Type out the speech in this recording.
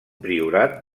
priorat